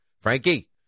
Frankie